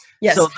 yes